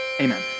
Amen